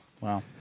Wow